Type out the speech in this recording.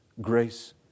grace